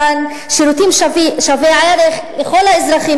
מתן שירותים שווי ערך לכל האזרחים.